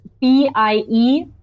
B-I-E